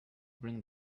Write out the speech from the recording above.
bring